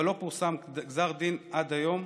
אבל לא פורסם גזר דין עד היום,